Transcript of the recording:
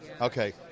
Okay